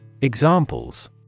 Examples